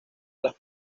las